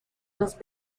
los